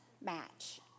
match